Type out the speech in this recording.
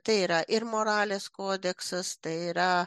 tai yra ir moralės kodeksas tai yra